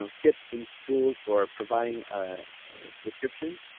ah tips and tools for providing description,